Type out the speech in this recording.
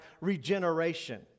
regeneration